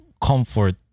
comfort